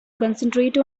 concentrate